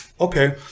okay